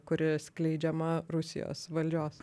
kuri skleidžiama rusijos valdžios